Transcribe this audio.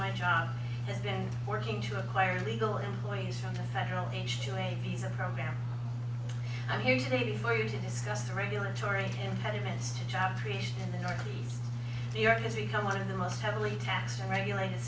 my job has been working to require legal employees from the federal ha visa program i'm here today before you to discuss the regulatory impediments to job creation in the northeast new york has become one of the most heavily taxed and regulated